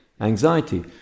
anxiety